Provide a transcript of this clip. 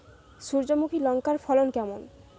সূর্যমুখী লঙ্কার ফলন কেমন?